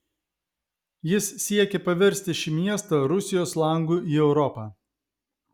jis siekė paversti šį miestą rusijos langu į europą